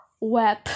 web